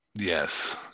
Yes